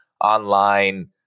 online